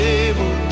able